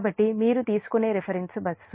కాబట్టి మీరు తీసుకునే రిఫరెన్స్ బస్సు